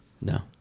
No